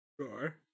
Sure